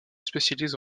spécialise